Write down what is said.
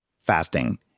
Fasting